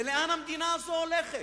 לאן המדינה הזו הולכת?